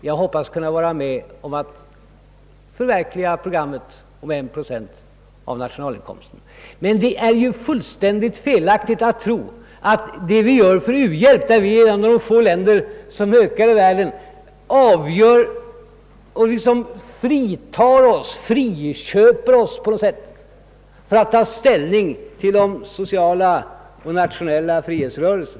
Jag hoppas kunna vara med om att förverkliga programmet om 1 procent av nationalinkomsten, men det är fullständigt felaktigt att tro att det vi gör beträffande u-hjälp — Sverige är ett av de få länder i världen som ökar sin u-hjälp — skulle frita oss eller på något sätt friköpa oss från skyldigheten att ta ställning till de sociala och nationella frihetsrörelserna.